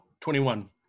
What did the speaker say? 21